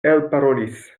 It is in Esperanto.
elparolis